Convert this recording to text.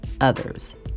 others